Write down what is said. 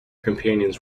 companions